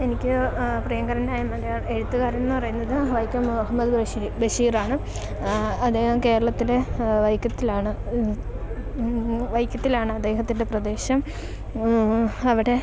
എനിക്ക് പ്രിയങ്കരനായ മലയാള എഴുത്തുകാരൻ എന്ന് പറയുന്നത് വൈക്കം മുഹമ്മദ് ബഷീർ ബഷീറാണ് അദ്ദേഹം കേരളത്തിലെ വൈക്കത്തിലാണ് വൈക്കത്തിലാണ് അദ്ദേഹത്തിൻ്റെ പ്രദേശം അവിടെ